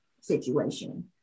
situation